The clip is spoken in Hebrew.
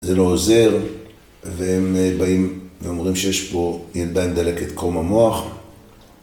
זה לא עוזר, והם באים ואמורים שיש פה ילדה עם דלקת קרום המוח